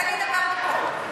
אז אני אדבר בקול.